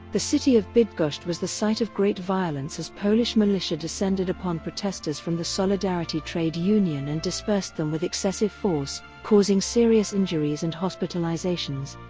the city of bydgoszcz was the site of great violence as polish militia descended upon protesters from the solidarity trade union and dispersed them with excessive force, causing serious injuries and hospitalizations.